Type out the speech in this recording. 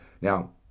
now